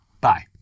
Bye